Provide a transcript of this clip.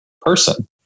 person